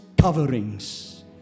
coverings